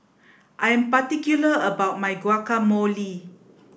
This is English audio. I'm particular about my Guacamole